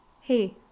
Hey